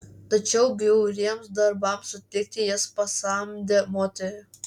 tačiau bjauriems darbams atlikti jis pasamdė moterį